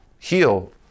heal